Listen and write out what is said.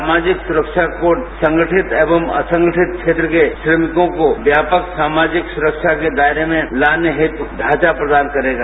सामाजिक सुश्क्षा कोड संगठित एवम असंगठित क्षेत्र के श्रमिकों को व्यापक सामाजिक सुरक्षा के दायरे में लाने हेतु ढ़ांचा प्रदान करेगा